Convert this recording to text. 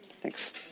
Thanks